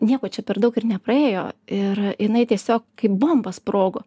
nieko čia per daug ir nepraėjo ir jinai tiesiog kaip bomba sprogo